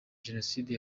jenoside